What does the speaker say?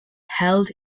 held